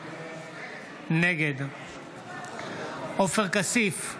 נגד עופר כסיף,